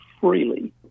freely